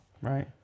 Right